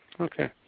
okay